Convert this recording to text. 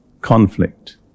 conflict